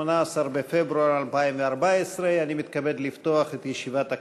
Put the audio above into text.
18 בפברואר 2014. אני מתכבד לפתוח את ישיבת הכנסת.